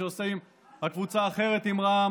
כשעושים הקבוצה האחרת עם רע"מ,